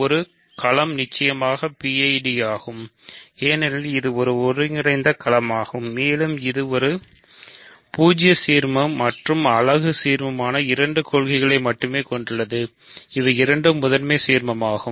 ஒரு களம் நிச்சயமாக PIDயாகும் ஏனெனில் இது ஒரு ஒருங்கிணைந்த களமாகும் மேலும் இது பூஜ்ஜிய சீர்மம் மற்றும் அலகு சீர்மமான இரண்டு கொள்கைகளை மட்டுமே கொண்டுள்ளது இவை இரண்டும் முதன்மை சீர்மமகும்